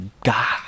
god